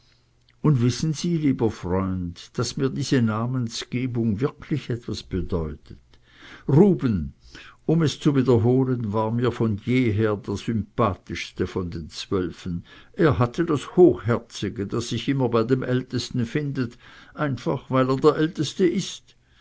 und wissen sie lieber freund daß mir diese namensgebung wirklich etwas bedeutet ruben um es zu wiederholen war mir von jeher der sympathischste von den zwölfen er hatte das hochherzige das sich immer bei dem ältesten findet einfach weil er der älteste ist